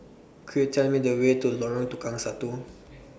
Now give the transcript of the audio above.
Could YOU Tell Me The Way to Lorong Tukang Satu